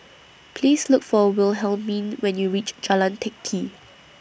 Please Look For Wilhelmine when YOU REACH Jalan Teck Kee